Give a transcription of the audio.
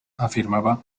afirmaba